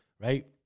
right